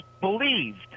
believed